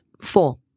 four